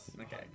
Okay